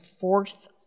fourth